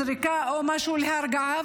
זריקה או משהו להרגעה,